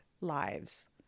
lives